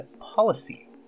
policy